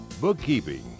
bookkeeping